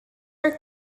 are